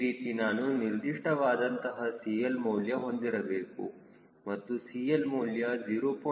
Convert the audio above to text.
ಈ ರೀತಿ ನಾನು ನಿರ್ದಿಷ್ಟವಾದ ಅಂತಹ CL ಮೌಲ್ಯ ಹೊಂದಿರಬೇಕು ಮತ್ತು CL ಮೌಲ್ಯ 0